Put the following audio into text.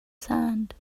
sand